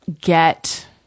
get